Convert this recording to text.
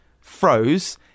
froze